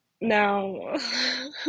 Now